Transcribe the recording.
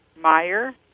Meyer